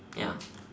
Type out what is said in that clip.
ya